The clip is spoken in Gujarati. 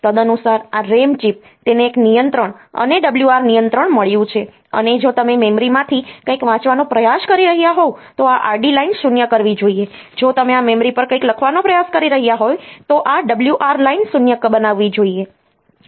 તદનુસાર આ રેમ ચિપ તેને એક નિયંત્રણ અને WR નિયંત્રણ મળ્યું છે અને જો તમે મેમરીમાંથી કંઈક વાંચવાનો પ્રયાસ કરી રહ્યાં હોવ તો આ RD લાઇન 0 કરવી જોઈએ જો તમે આ મેમરી પર કંઈક લખવાનો પ્રયાસ કરી રહ્યાં હોવ તો આ WR લાઇન 0 બનાવવી જોઈએ